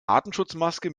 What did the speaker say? atemschutzmaske